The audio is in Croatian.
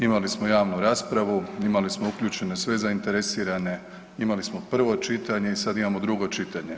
Imali smo javnu raspravu, imali smo uključene sve zainteresirane, imali smo prvo čitanje i sad imamo drugo čitanje.